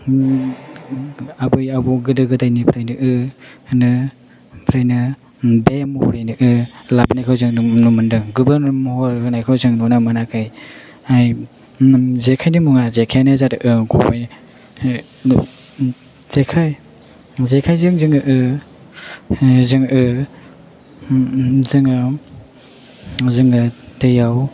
आबै आबौ गोदो गोदायनिफ्रायनो बे महरैनो लाबोनायखौ जोङो नुनो मोनदों गुबुन महर होनायखौ जोङो नुनो मोनाखै जेखायनि मुङा जेखायानो जादों गुबैयै जेखायजों जोङो दैयाव